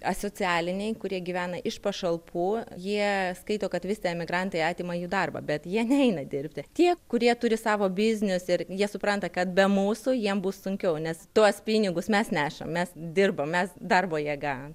asocialiniai kurie gyvena iš pašalpų jie skaito kad vis tie emigrantai atima jų darbą bet jie neina dirbti tie kurie turi savo biznius ir jie supranta kad be mūsų jiem bus sunkiau nes tuos pinigus mes nešam mes dirbam mes darbo jėga